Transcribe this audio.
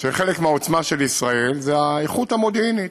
שחלק מהעוצמה של ישראל זה האיכות המודיעינית.